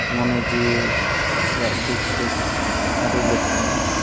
ᱢᱚᱱᱮ ᱡᱤᱣᱤ ᱨᱮᱭᱟᱜ ᱫᱩᱠᱥᱩᱠ ᱟᱹᱰᱤ ᱞᱮᱠᱟᱱ